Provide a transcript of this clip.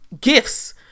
gifts